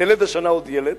תלד השנה עוד ילד,